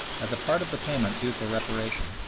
as a part of the payment due for reparation,